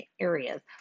areas